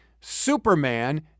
Superman